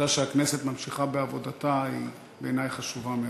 והעובדה שהכנסת ממשיכה בעבודתה היא בעיני חשובה מאוד.